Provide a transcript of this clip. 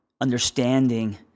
understanding